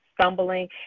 stumbling